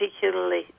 particularly